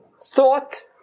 Thought